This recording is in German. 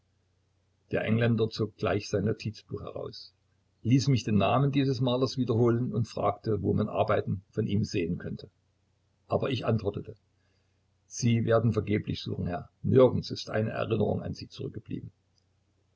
der engländer zog gleich sein notizbuch heraus ließ mich den namen dieses malers wiederholen und fragte wo man arbeiten von ihm sehen könnte aber ich antwortete sie werden vergeblich suchen herr nirgends ist eine erinnerung an sie zurückgeblieben